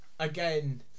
Again